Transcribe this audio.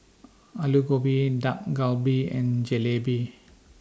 Alu Gobi Dak Galbi and Jalebi